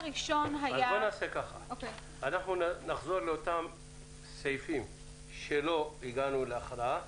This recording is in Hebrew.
אנחנו נחזור לאותם סעיפים שלא הגענו בהם להכרעה